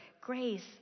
Grace